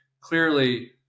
clearly